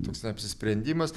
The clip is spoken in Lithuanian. toks apsisprendimas